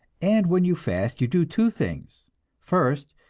and when you fast you do two things first,